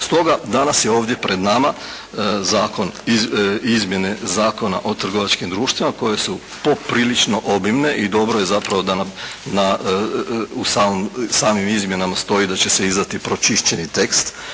Stoga danas je ovdje pred nama Zakon, Izmjene Zakona o trgovačkim društvima koje su poprilično obimne i dobro je zapravo da nam, da u samim izmjenama stoji da će se izdati pročišćeni tekst,